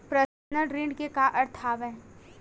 Personal ऋण के का अर्थ हवय?